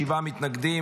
שבעה מתנגדים.